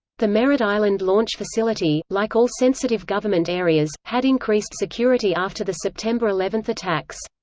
the merritt island launch facility, like all sensitive government areas, had increased security after the september eleven attacks.